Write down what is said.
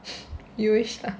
you wish ah